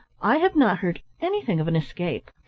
i have not heard anything of an escape.